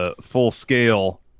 full-scale